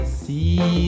see